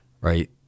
right